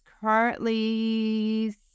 currently